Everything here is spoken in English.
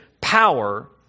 power